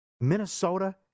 Minnesota